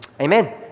amen